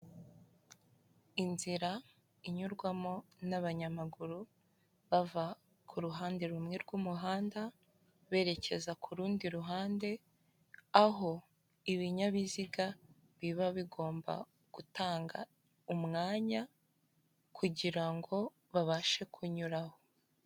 Inzira inyurwamo n'abanyamaguru bava ku ruhande rumwe rw'umuhanda berekeza ku rundi ruhande, aho ibinyabiziga biba bigomba gutanga umwanya kugira ngo babashe kunyuraho,